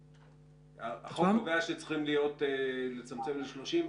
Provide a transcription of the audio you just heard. החוק קובע שצריכים לצמצם ל-30,